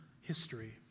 history